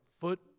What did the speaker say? foot